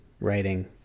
writing